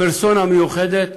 פרסונה מיוחדת